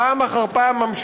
פעם אחר פעם,